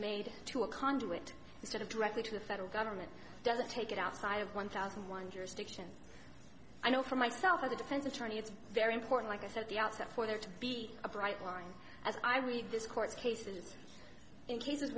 made to a conduit instead of directly to the federal government doesn't take it outside of one thousand one jurisdiction i know for myself as a defense attorney it's very important like i said at the outset for there to be a bright line as i read this court cases in cases